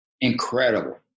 incredible